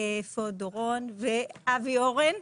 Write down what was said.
ואבי אורן,